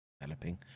developing